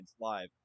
live